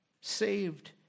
Saved